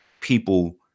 people